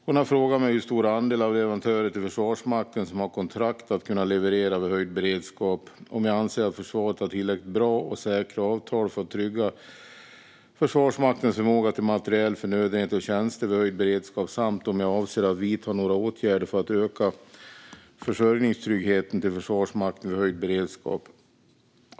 Hon har vidare frågat mig hur stor andel av leverantörerna till Försvarsmakten som har kontrakt att kunna leverera vid höjd beredskap, om jag anser att försvaret har tillräckligt bra och säkra avtal för att trygga Försvarsmaktens förmåga till materiel, förnödenheter och tjänster vid höjd beredskap samt om jag avser att vidta några åtgärder för att öka försörjningstryggheten till Försvarsmakten vid höjd beredskap.